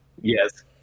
Yes